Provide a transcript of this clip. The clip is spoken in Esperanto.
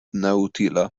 neutila